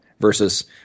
Versus